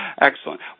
Excellent